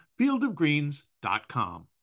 fieldofgreens.com